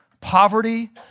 poverty